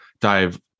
dive